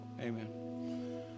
amen